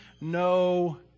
no